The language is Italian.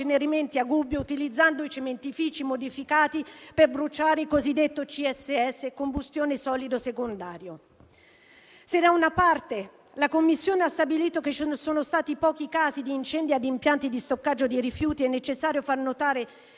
inceneritori a Gubbio, utilizzando i cementifici modificati per bruciare il combustibile solido secondario (CSS). Se, da una parte, la commissione ha stabilito che ci sono stati pochi di incendi ad impianti di stoccaggio di rifiuti, è necessario far notare